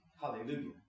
Hallelujah